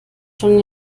schon